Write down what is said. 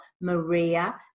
Maria